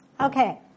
Okay